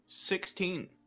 Sixteen